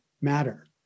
matter